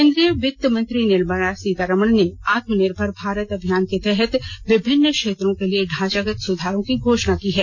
केंद्रीय वित्त मंत्री निर्मला सीतारमन ने आत्मनिर्भर भारत अभियान के तहत विभिन्न क्षेत्रों के लिए ढांचागत सुधारों की घोषणा की है